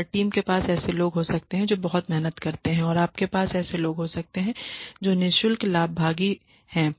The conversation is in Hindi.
हर टीम में आप ऐसे लोग हो सकते हैं जो बहुत मेहनत करते हैं और आपके पास ऐसे लोग हो सकते हैं जो निशुल्क लाभभागी फ्री राइडर्स हैं